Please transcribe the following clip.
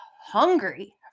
hungry